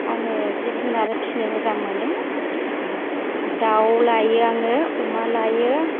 आङो जिब जुनार फिसिनो मोजां मोनो आरो दाउ लायो आङो अमा लायो